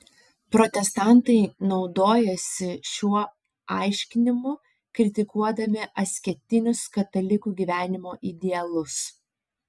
protestantai naudojasi šiuo aiškinimu kritikuodami asketinius katalikų gyvenimo idealus